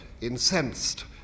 incensed